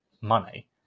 money